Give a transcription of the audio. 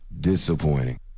disappointing